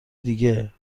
دیگه